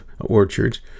orchards